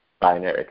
binary